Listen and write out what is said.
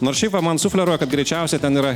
nors šiaip va man sufleruoja kad greičiausiai ten yra